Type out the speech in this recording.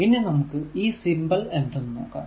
ഇനി നമുക്ക് ഈ സിംബൽ എന്തെന്ന് നോക്കാം